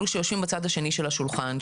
אלה שיושבים בצד השני של השולחן,